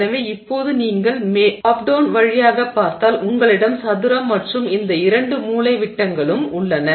எனவே இப்போது நீங்கள் மேல் கீழ் வழியாகப் பார்த்தால் உங்களிடம் சதுரம் மற்றும் இந்த இரண்டு மூலைவிட்டங்களும் உள்ளன